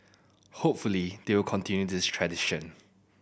hopefully they will continue this tradition